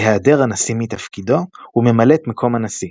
בהיעדר הנשיא מתפקידו, הוא ממלא מקום הנשיא.